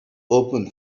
open